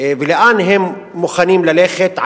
ולאן הם מוכנים ללכת,